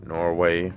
Norway